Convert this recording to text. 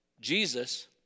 Jesus